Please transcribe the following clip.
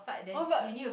oh but